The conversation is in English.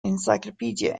encyclopedia